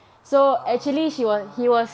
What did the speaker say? ah oh